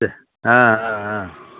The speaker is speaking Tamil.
ஆ ஆ ஆ